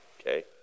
okay